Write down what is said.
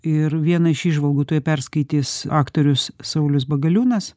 ir vieną iš įžvalgų tuoj perskaitys aktorius saulius bagaliūnas